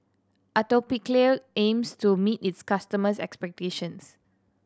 Atopiclair aims to meet its customers' expectations